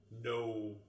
no